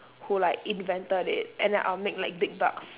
who like invented it and I'll make like big bucks